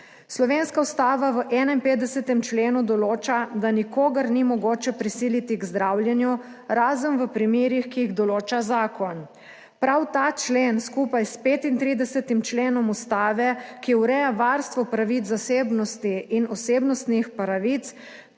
Slovenska ustava v 51. členu določa, da nikogar ni mogoče prisiliti k zdravljenju, razen v primerih, ki jih določa zakon. Prav ta člen skupaj s 35. členom Ustave, ki ureja varstvo pravic zasebnosti in osebnostnih pravic